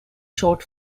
short